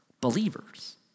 Believers